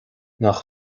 nach